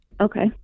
Okay